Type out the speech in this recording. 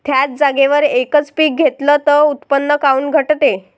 थ्याच जागेवर यकच पीक घेतलं त उत्पन्न काऊन घटते?